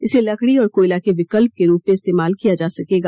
इसे लकड़ी और कोयला के विकल्प के रूप में इस्तेमाल किया जा सकेगा